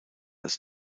als